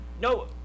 No